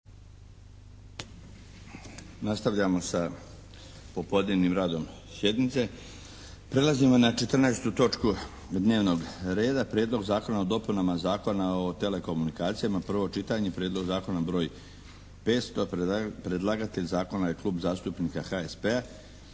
Nastavljamo sa popodnevnim radom sjednice. Prelazimo na 14. točku dnevnog reda - Prijedlog Zakona o dopunama Zakona o telekomunikacijama – predlagatelj klub zastupnika HSP-a,